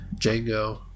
Django